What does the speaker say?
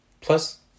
Plus